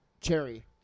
Cherry